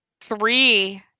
Three